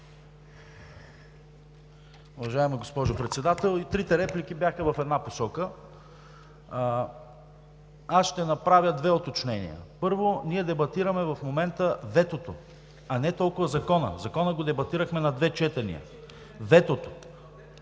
Уважаема госпожо Председател, и трите реплики бяха в една посока. Аз ще направя две уточнения. Първо, ние дебатираме в момента ветото, а не толкова Закона, Закона го дебатирахме на две четения. Ветото.